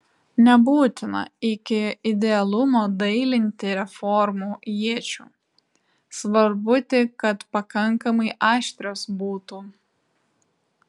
nebūtina iki idealumo dailinti reformų iečių svarbu tik kad pakankamai aštrios būtų